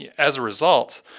yeah as a result,